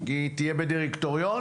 שהיא תהיה באיזה דירקטוריון,